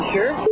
Sure